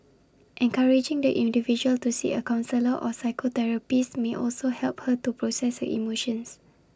encouraging the individual to see A counsellor or psychotherapist may also help her to process her emotions